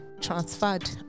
Transferred